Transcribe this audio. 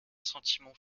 sentiment